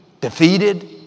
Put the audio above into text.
defeated